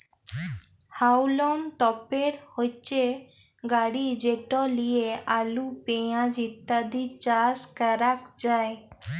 হাউলম তপের হচ্যে গাড়ি যেট লিয়ে আলু, পেঁয়াজ ইত্যাদি চাস ক্যরাক যায়